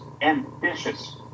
ambitious